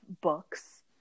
books